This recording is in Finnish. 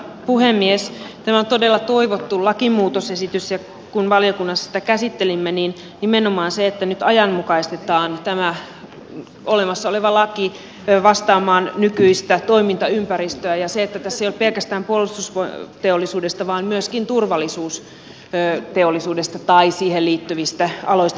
tämä on todella toivottu lakimuutosesitys ja kun valiokunnassa sitä käsittelimme niin esille tuli nimenomaan se että nyt ajanmukaistetaan tämä olemassa oleva laki vastaamaan nykyistä toimintaympäristöä ja se että tässä ei ole kyse pelkästään puolustusteollisuudesta vaan myöskin turvallisuusteollisuudesta tai siihen liittyvistä aloista palvelutoiminnasta